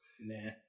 Nah